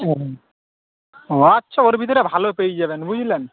হুঁ ও আচ্ছা ওর ভিতরে ভালো পেয়ে যাবেন বুঝলেন